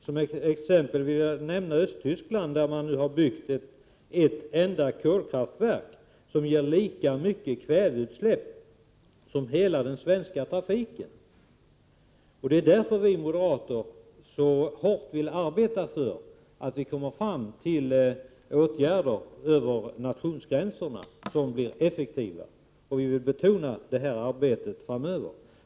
Som exempel vill jag nämna Östtyskland, där man nu har byggt ett enda kolkraftverk som ger lika mycket kväveutsläpp som hela den svenska trafiken. Det är därför vi moderater så hårt vill arbeta för att komma fram till effektiva åtgärder över nationsgränserna. Vi vill betona det arbetet framöver.